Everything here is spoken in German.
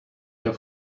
der